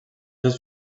dos